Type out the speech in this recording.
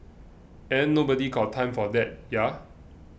ain't nobody's got time for that ya